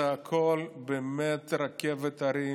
זה הכול באמת רכבת הרים,